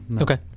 Okay